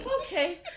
Okay